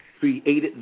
Created